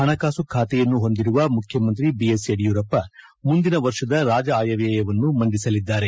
ಹಣಕಾಸು ಖಾತೆಯನ್ನು ಹೊಂದಿರುವ ಮುಖ್ಯಮಂತ್ರಿ ಬಿಎಸ್ ಯಡಿಯೂರಪ್ಪ ಮುಂದಿನ ವರ್ಷದ ರಾಜ್ಯ ಆಯವ್ಯಯವನ್ನು ಮಂಡಿಸಲಿದ್ದಾರೆ